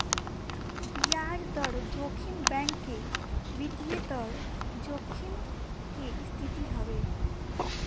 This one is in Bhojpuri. बियाज दर जोखिम बैंक के वित्तीय दर जोखिम के स्थिति हवे